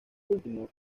último